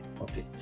okay